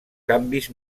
canvis